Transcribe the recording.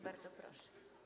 Bardzo proszę.